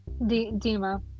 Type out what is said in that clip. Dima